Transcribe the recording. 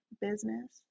business